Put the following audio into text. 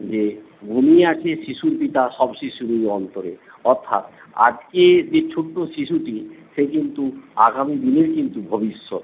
যে ঘুমিয়ে আছে শিশুর পিতা সব শিশুরই অন্তরে অর্থাৎ আজকে যে ছোট্ট শিশুটি সে কিন্তু আগামী দিনের কিন্তু ভবিষ্যৎ